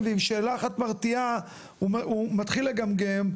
ועם שאלה אחת מרתיעה הוא מתחיל לגמגם,